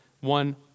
one